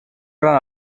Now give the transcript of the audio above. gran